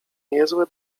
niezłe